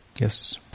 Yes